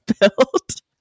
built